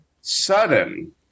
sudden